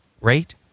rate